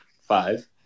five